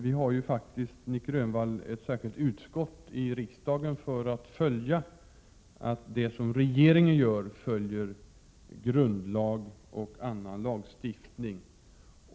Vi har ju faktiskt, Nic Grönvall, ett särskilt utskott i riksdagen som skall kontrollera att det som regeringen gör följer grundlagen och annan lagstiftning.